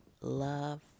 love